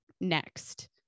next